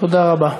תודה רבה.